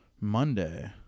Monday